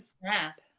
snap